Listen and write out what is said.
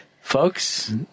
folks